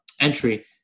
entry